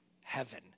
heaven